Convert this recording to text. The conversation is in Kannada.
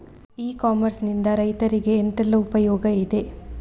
ಇ ಕಾಮರ್ಸ್ ನಿಂದ ರೈತರಿಗೆ ಎಂತೆಲ್ಲ ಉಪಯೋಗ ಇದೆ?